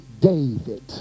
David